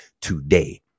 today